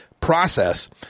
process